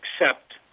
accept